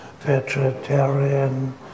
vegetarian